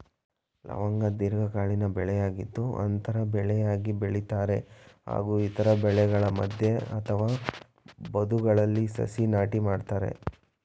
ಲವಂಗ ದೀರ್ಘಕಾಲೀನ ಬೆಳೆಯಾಗಿದ್ದು ಅಂತರ ಬೆಳೆಯಾಗಿ ಬೆಳಿತಾರೆ ಹಾಗೂ ಇತರ ಬೆಳೆಗಳ ಮಧ್ಯೆ ಅಥವಾ ಬದುಗಳಲ್ಲಿ ಸಸಿ ನಾಟಿ ಮಾಡ್ತರೆ